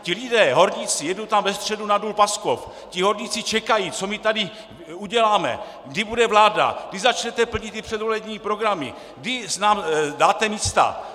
Ti lidé, horníci jedu tam ve středu na Důl Paskov ti horníci čekají, co my tady uděláme, kdy bude vláda, kdy začnete plnit ty předvolební programy, kdy nám dáte místa.